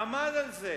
עמד על זה.